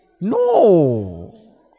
No